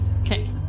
Okay